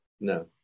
No